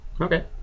Okay